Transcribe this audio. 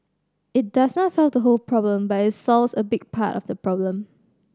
it does not solve the whole problem but it solves a big part of the problem